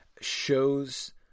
shows